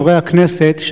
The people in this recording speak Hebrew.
חברי הכנסת,